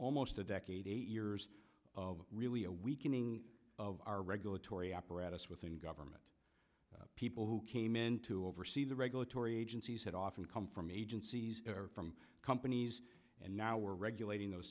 almost a decade eight years of really a weakening of our regulatory apparatus within government people who came in to oversee the regulatory agencies that often come from agencies from companies and now regulating those